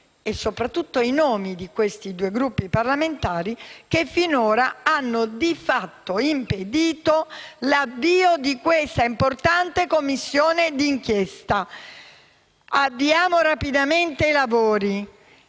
e soprattutto i due Gruppi parlamentari - che finora hanno di fatto impedito l'avvio di questa importante Commissione d'inchiesta. Avviamo rapidamente i lavori: